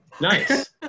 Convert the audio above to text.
Nice